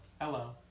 hello